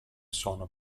sono